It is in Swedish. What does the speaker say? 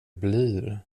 blir